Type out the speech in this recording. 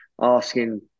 asking